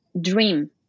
dream